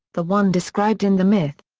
the one described in the myth.